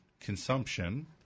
consumption